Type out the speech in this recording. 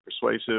persuasive